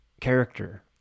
character